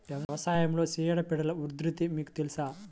వ్యవసాయంలో చీడపీడల ఉధృతి మీకు తెలుసా?